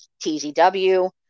TZW